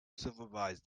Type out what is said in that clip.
supervise